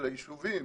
של היישובים,